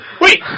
wait